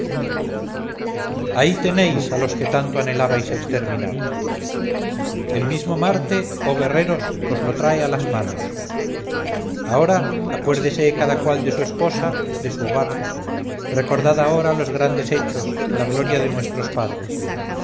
ahí tenéis a los que tanto anhelabais exterminar el mismo marte oh guerreros os los trae a las manos ahora acuérdese cada cual de su esposa de su hogar recordad ahora los grandes hechos la gloria de nuestros padres